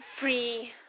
free